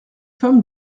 femme